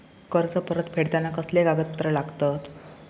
कर्ज परत फेडताना कसले कागदपत्र लागतत?